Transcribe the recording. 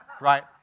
right